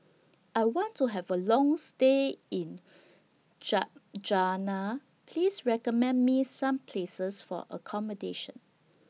I want to Have A Long stay in Ljubljana Please recommend Me Some Places For accommodation